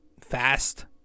fast